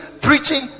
preaching